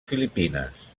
filipines